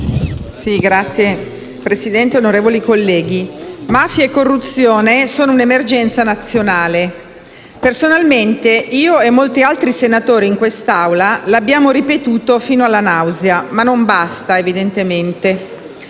Signor Presidente, onorevoli colleghi, mafie e corruzione sono un'emergenza nazionale. Personalmente, io e molti altri senatori in quest'Aula l'abbiamo ripetuto fino alla nausea: ma non basta, evidentemente.